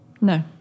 No